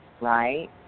right